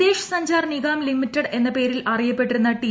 Videsh Sanchar Nigam limited എന്ന പേരിൽ അറിയപ്പെട്ടിരുന്ന ടി